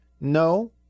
No